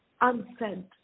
Unsent